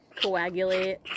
Coagulate